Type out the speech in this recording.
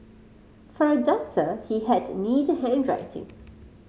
for a doctor he had neat handwriting